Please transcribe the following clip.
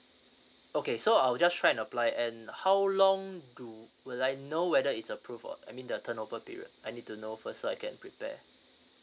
okay so I'll just try to apply and how long do will I know whether it's approve or I mean the turnover period I need to know first so I can prepare